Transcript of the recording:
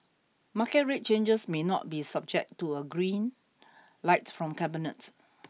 market rate changes may not be subject to a green light from cabinet